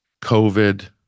COVID